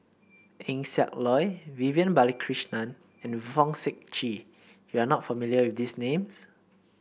Eng Siak Loy Vivian Balakrishnan and Fong Sip Chee you are not familiar with these names